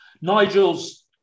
Nigel's